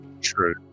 True